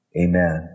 amen